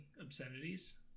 obscenities